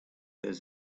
his